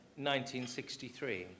1963